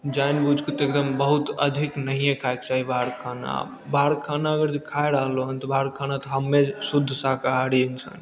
जानि बूझिके तऽ एकदम बहुत अधिक नहिए खायके चाही बाहरके खाना बाहरके खाना अगर जे खाए रहलो हन तऽ बाहरके खाना तऽ हमे शुद्ध शाकाहारी इंसान